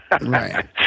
Right